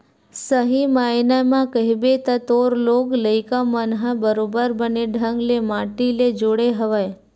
सही मायने म कहिबे त तोर लोग लइका मन ह बरोबर बने ढंग ले माटी ले जुड़े हवय